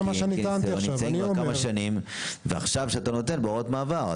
עכשיו כשאתה נותן הוראות מעבר,